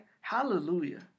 Hallelujah